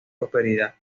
prosperidad